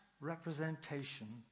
representation